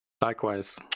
Likewise